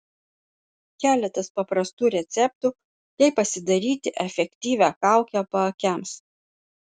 keletas paprastų receptų kaip pasidaryti efektyvią kaukę paakiams